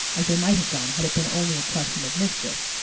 as there might have done had it been only a question of mischief.